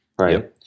Right